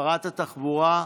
שרת התחבורה,